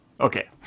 Okay